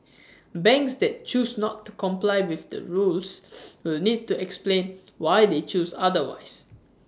banks that choose not to comply with the rules will need to explain why they chose otherwise